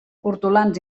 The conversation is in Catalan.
hortolans